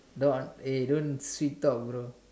don't eh don't sweet talk bro